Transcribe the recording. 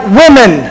women